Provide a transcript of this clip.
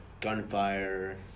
gunfire